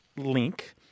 Link